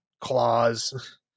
claws